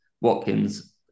Watkins